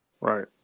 Right